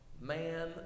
man